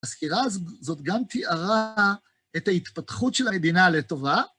הסקירה הזאת גם תיארה את ההתפתחות של המדינה לטובה,